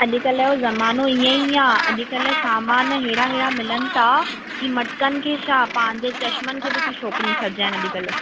अॼुकल्ह जो ज़मानो ईअं ई आहे अॼुकल्ह सामान हेड़ा हेड़ा मिलनि था कि मटकनि खे छा पंहिंजे चश्मनि खे बि थियूं छोकिरियूं सजाइनि अॼुकल्ह